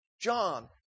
John